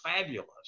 fabulous